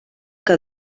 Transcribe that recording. que